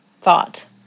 thought